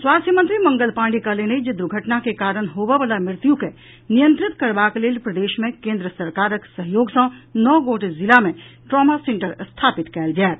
स्वास्थ्य मंत्री मंगल पाण्डेय कहलनि अछि जे दुर्घटना के कारण होबय वला मृत्यु के नियंत्रित करबाक लेल प्रदेश मे केंद्र सरकारक सहयोग सँ नओ गोट जिला मे ट्रॉमा सेंटर स्थापित कयल जायत